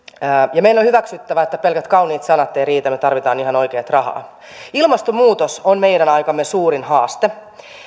meidän on hyväksyttävä että pelkät kauniit sanat eivät riitä me tarvitsemme ihan oikeata rahaa ilmastonmuutos on meidän aikamme suurin haaste